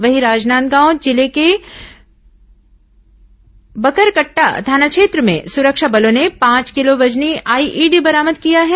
वहीं राजनांदगांव जिले के बकरकट्टा थाना क्षेत्र में सुरक्षा बलों ने पांच किलो वजनी आईईडी बरामद किया है